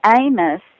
Amos